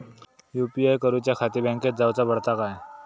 UPI करूच्याखाती बँकेत जाऊचा पडता काय?